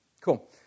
Cool